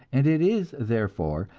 and it is, therefore,